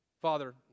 Father